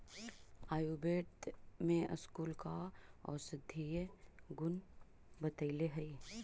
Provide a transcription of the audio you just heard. आयुर्वेद में स्कूल का औषधीय गुण बतईले हई